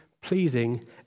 pleasing